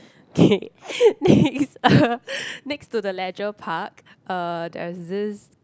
okay next uh next to the leisure park uh there's this